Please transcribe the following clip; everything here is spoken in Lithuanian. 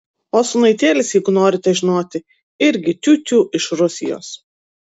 o sūnaitėlis jeigu norite žinoti irgi tiutiū iš rusijos